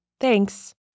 Thanks